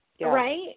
right